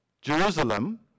Jerusalem